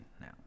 now